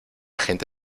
gente